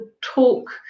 talk